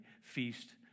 feast